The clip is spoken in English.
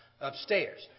upstairs